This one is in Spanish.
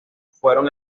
fueron